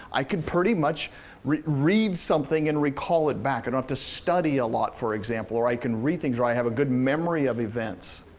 i can pretty much read read something and recall it back. i don't have to study a lot, for example, or i can read things, or i have a good memory of events.